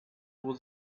was